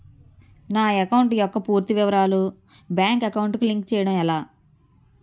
నా అకౌంట్ యెక్క పూర్తి వివరాలు బ్యాంక్ అకౌంట్ కి లింక్ చేయడం ఎలా?